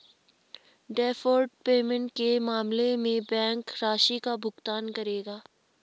deferred payment के मामले में बैंक राशि का भुगतान करेगा